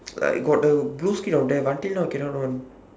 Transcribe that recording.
like got the blue screen of death until now cannot on